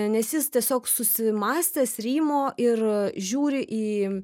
nes jis tiesiog susimąstęs rymo ir žiūri į